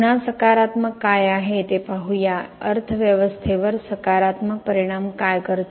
पुन्हा सकारात्मक काय आहे ते पाहू या अर्थव्यवस्थेवर सकारात्मक परिणाम काय करते